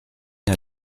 der